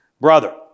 brother